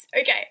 okay